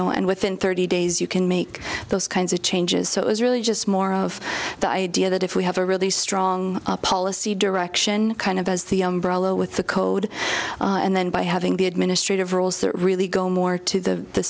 know and within thirty days you can make those kinds of changes so it's really just more of the idea that if we have a really strong policy direction kind of as the umbrella with the code and then by having the administrative rules that really go more to the